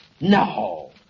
No